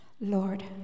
Lord